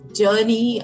journey